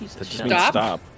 stop